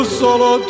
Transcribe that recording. solo